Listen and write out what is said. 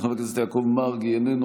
חבר הכנסת ינון אזולאי,